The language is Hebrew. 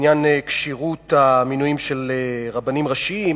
בעניין כשירות המינויים של רבנים ראשיים